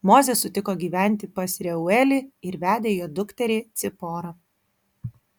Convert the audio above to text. mozė sutiko gyventi pas reuelį ir vedė jo dukterį ciporą